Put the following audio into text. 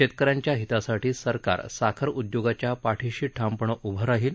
शेतकऱ्यांच्या हितासाठी सरकार साखर उद्योगाच्या पाठिशी ठामपणे उभं राहील